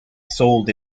sold